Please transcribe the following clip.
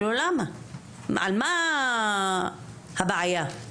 על מה הבעיה.